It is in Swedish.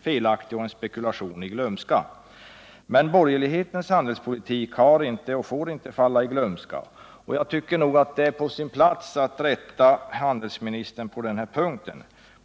felaktig och en spekulation i glömska. Men borgerlighetens handelspolitik har inte och får inte falla i glömska. Jag tycker att det är på sin plats att rätta handelsministern på den här punkten.